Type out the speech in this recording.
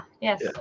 Yes